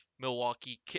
Milwaukee